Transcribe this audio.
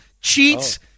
cheats